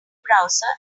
browser